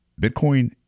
Bitcoin